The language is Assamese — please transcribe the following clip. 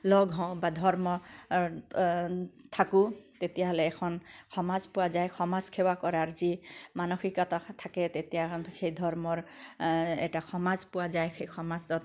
লগ হওঁ বা ধৰ্ম থাকোঁ তেতিয়া হ'লে এখন সমাজ পোৱা যায় সমাজ সেৱা কৰাৰ যি মানসিকতা থাকে তেতিয়া সেই ধৰ্মৰ এটা সমাজ পোৱা যায় সেই সমাজত